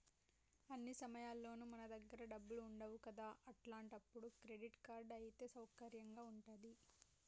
అన్ని సమయాల్లోనూ మన దగ్గర డబ్బులు ఉండవు కదా అట్లాంటప్పుడు క్రెడిట్ కార్డ్ అయితే సౌకర్యంగా ఉంటది